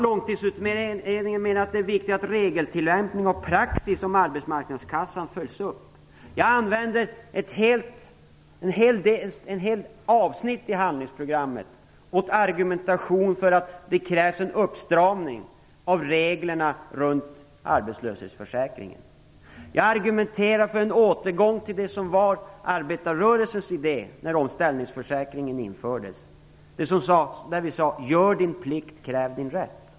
Långtidsutredningen menar att det är viktigt att regeltillämpning och praxis när det gäller arbetsmarknadskassan följs upp. Jag använder ett helt avsnitt i handlingsprogrammet till argumentation för att det krävs en uppstramning av reglerna gällande arbetslöshetsförsäkringen. Jag argumenterar för en återgång till det som var arbetarrörelsens idé när det gäller omställningsförsäkringen. Då sade vi: Gör din plikt, kräv din rätt!